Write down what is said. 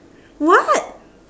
what